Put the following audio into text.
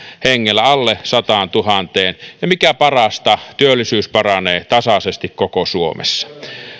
hengellä alle sataantuhanteen ja mikä parasta työllisyys paranee tasaisesti koko suomessa